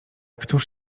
któż